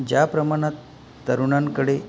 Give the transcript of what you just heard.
ज्या प्रमाणात तरुणांकडे